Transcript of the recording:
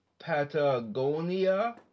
Patagonia